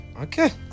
Okay